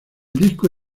disco